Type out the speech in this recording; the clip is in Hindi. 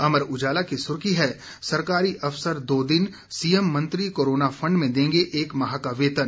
अमर उजाला की सुर्खी है सरकारी अफसर दो दिन सीएम मंत्री कोरोना फंड में देंगे एक माह का वेतन